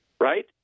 right